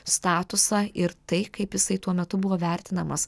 statusą ir tai kaip jisai tuo metu buvo vertinamas